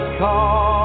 call